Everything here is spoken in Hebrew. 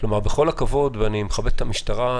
בכל הכבוד, ואני מכבד את המשטרה,